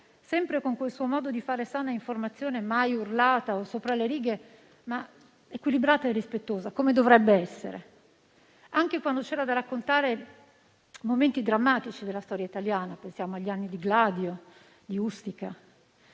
sempre con quel suo modo di fare sana informazione, mai urlata o sopra le righe, ma equilibrata e rispettosa, come dovrebbe essere, anche quando c'erano da raccontare momenti drammatici della storia italiana: pensiamo agli anni di Gladio o di Ustica.